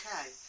okay